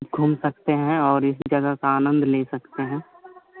घूम सकते हैं और इस जगह का आनंद ले सकते हैं